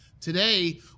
today